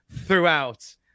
throughout